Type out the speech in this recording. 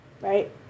right